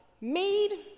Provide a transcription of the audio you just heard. made